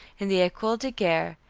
in the ecole de guerre,